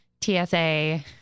TSA